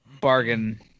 bargain